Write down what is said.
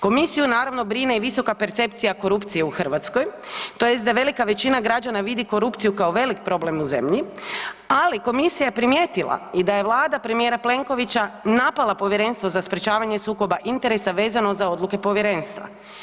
Komisiju naravno brine i visoka percepcija korupcije u Hrvatskoj, tj. da velika većina građana vidi korupciju kao velik problem u zemlji, ali Komisija je primijetila i da je Vlada premijera Plenkovića napala Povjerenstvo za sprečavanje sukoba interesa vezano za odluke povjerenstva.